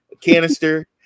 canister